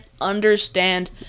understand